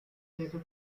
later